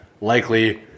likely